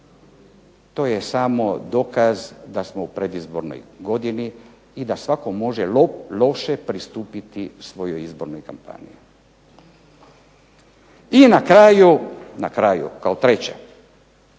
to je samo dokaz da smo u predizbornoj godini i da svatko može loše pristupiti svojoj izbornoj kampanji. I na kraju, na kraju kao treće,